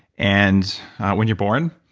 and when you're born.